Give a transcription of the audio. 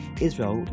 Israel